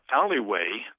alleyway